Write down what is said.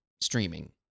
streaming